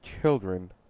Children